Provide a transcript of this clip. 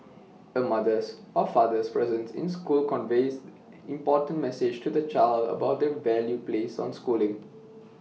A mother's or father's presence in school conveys important message to the child about the value placed on schooling